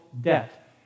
debt